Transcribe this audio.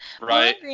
Right